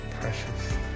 precious